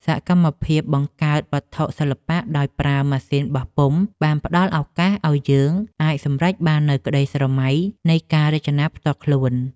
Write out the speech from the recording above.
សកម្មភាពបង្កើតវត្ថុសិល្បៈដោយប្រើម៉ាស៊ីនបោះពុម្ពបានផ្ដល់ឱកាសឱ្យយើងអាចសម្រេចបាននូវក្តីស្រមៃនៃការរចនាផ្ទាល់ខ្លួន។